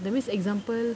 that means example